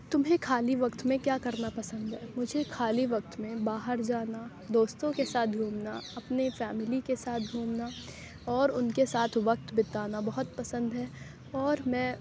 تمہیں خالی وقت میں کیا کرنا پسند ہے مجھے خالی وقت میں باہر جانا دوستوں کے ساتھ گھومنا اپنی فیملی کے ساتھ گھومنا اور اُن کے ساتھ وقت بتانا بہت پسند ہے اور میں